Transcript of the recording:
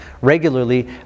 regularly